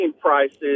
prices